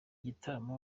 gitaramo